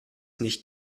nicht